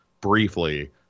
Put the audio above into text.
briefly